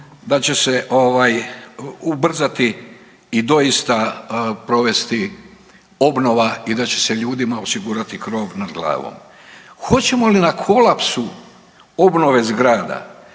da će se ubrzati i doista provesti obnova i da će se ljudima osigurati krov nad glavom? Hoćemo li na kolapsu obnove zgrada